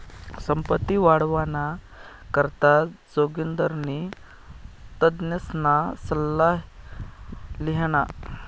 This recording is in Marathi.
संपत्ती वाढावाना करता जोगिंदरनी तज्ञसना सल्ला ल्हिना